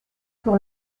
pour